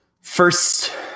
first